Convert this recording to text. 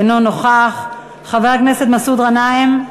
אינו נוכח, חבר הכנסת מסעוד גנאים.